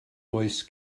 oes